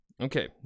Okay